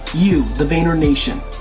you, the vayner nation.